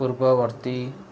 ପୂର୍ବବର୍ତ୍ତୀ